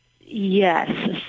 Yes